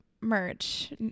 merch